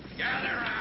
gather